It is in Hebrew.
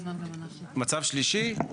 מצב שלישי,